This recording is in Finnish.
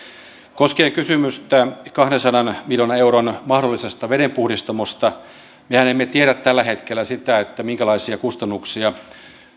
koskien kysymystä kahdensadan miljoonan euron mahdollisesta vedenpuhdistamosta mehän emme tiedä tällä hetkellä sitä minkälaisia kustannuksia